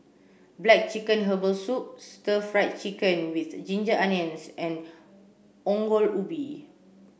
black chicken herbal soup stir fried chicken with ginger onions and Ongol Ubi